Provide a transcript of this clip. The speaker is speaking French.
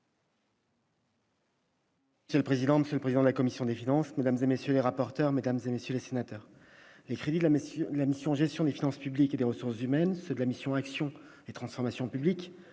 minutes. Le président Monsieur, le président de la commission des finances, mesdames et messieurs les rapporteurs, mesdames et messieurs les sénateurs, les crédits de la la mission gestion des finances publiques et des ressources humaines, la mission Action et transformation publiques